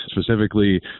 specifically